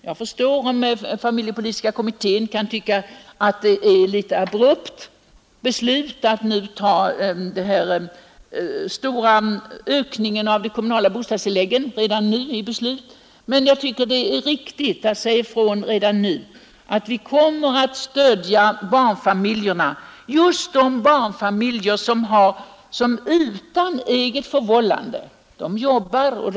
Jag förstår att familjepolitiska kommittén kan tycka att det är litet abrupt att redan nu fatta beslut om den stora ökningen av de kommunala bostadstilläggen. Men jag tycker det är riktigt att säga ifrån i dag, att vi kommer att stödja barnfamiljerna — just de barnfamiljer som utan eget förvållande hamnat i svårigheter.